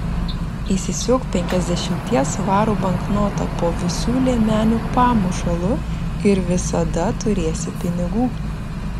įsisiūk penkiasdešimties svarų banknotą po visų liemenių pamušalu ir visada turėsi pinigų